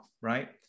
right